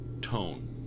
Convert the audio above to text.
tone